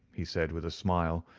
he said, with a smile,